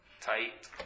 tight